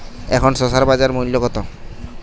এখন শসার বাজার মূল্য কত?